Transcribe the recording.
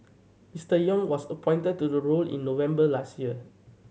Mister Yong was appointed to the role in November last year